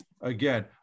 again